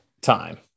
time